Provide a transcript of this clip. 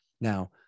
Now